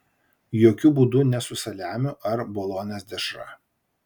jokiu būdu ne su saliamiu ar bolonės dešra